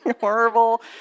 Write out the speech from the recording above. horrible